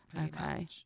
Okay